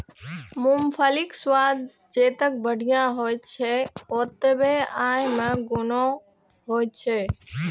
मूंगफलीक स्वाद जतेक बढ़िया होइ छै, ओतबे अय मे गुणो होइ छै